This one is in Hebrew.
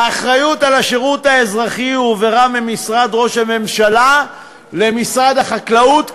האחריות לשירות האזרחי הועברה ממשרד ראש הממשלה למשרד החקלאות,